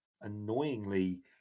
annoyingly